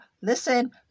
listen